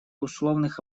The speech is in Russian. условных